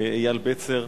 אייל בצר,